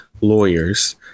lawyers